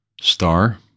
star